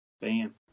Bam